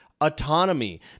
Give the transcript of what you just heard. autonomy